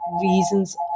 reasons